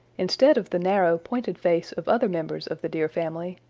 instead of the narrow, pointed face of other members of the deer family,